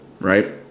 right